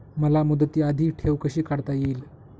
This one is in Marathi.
मला मुदती आधी ठेव कशी काढता येईल?